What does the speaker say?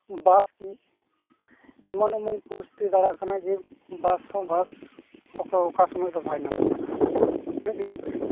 ᱵᱟᱥ ᱠᱤ ᱮᱢᱚᱱ ᱮᱢᱚᱱ ᱯᱚᱨᱤᱥᱛᱤᱛᱤ ᱫᱟᱲᱟᱜ ᱠᱟᱱᱟ ᱡᱮ ᱵᱟᱥ ᱦᱚᱸ ᱵᱟᱥ ᱚᱠᱟ ᱚᱠᱟ ᱥᱚᱢᱚᱭᱫᱚ ᱵᱟᱭ ᱧᱟᱢᱚᱜ ᱠᱟᱱᱟ ᱤᱱᱟᱹᱜᱮ ᱡᱟ ᱵᱷᱤᱲᱚᱜ ᱠᱟᱱᱟ